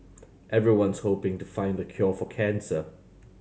everyone's hoping to find the cure for cancer